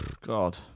god